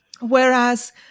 Whereas